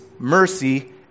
Mercy